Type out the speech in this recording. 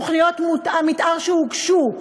תוכניות מתאר שהוגשו,